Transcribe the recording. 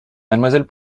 mademoiselle